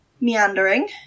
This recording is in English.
meandering